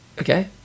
Okay